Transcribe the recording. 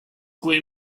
kui